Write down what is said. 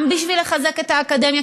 גם בשביל לחזק את האקדמיה,